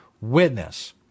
witness